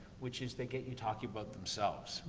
which is they get you talking about themselves.